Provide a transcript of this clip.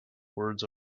words